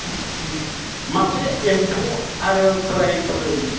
मासे एम्बु आरो बोराय बुरै